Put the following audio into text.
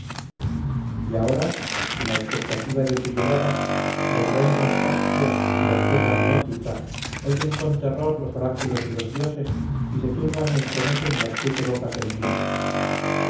y ahora en la expectativa de su llegada los reinos caspios y la tierra meótica oyen con terror los oráculos de los dioses y se turban y estremecen las siete bocas del nilo